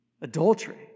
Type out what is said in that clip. Adultery